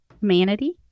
Manatee